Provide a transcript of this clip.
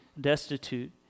destitute